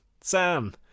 Sam